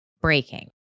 breaking